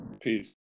Peace